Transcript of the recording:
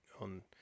on